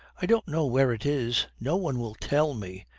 i don't know where it is. no one will tell me.